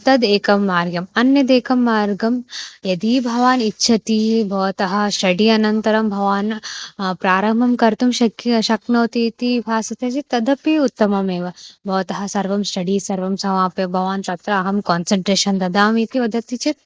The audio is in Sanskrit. तद् एकं मार्गम् अन्यदेकं मार्गं यदि भवान् इच्छति भवतः स्टडि अनन्तरं भवान् प्रारम्भं कर्तुं शक्यं शक्नोति इति भासते चेत् तदपि उत्तममेव भवतः सर्वं स्टडि सर्वं समाप्य भवान् अत्र अहं कान्सन्ट्रेशन् ददामि इति वदति चेत्